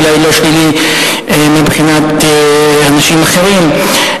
אולי לא שלילי מבחינת אנשים אחרים,